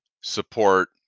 support